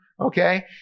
Okay